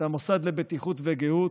את המוסד לבטיחות ולגהות,